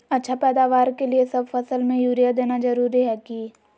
अच्छा पैदावार के लिए सब फसल में यूरिया देना जरुरी है की?